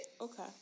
Okay